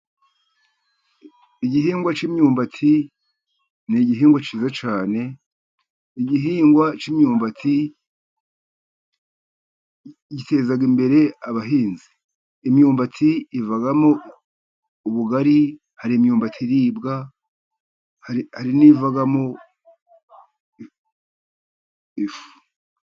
Igihingwa k'imyumbati ni igihingwa cyiza cyane, igihingwa k'imyumbati, giteza imbere abahinzi. Imyumbati ivamo ubugari, hari imyumbati iribwa, hari n'ivamo ifu.